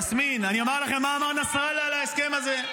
יסמין אני אומר לכם מה אמר נסראללה על ההסכם הזה.